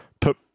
put